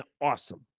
awesome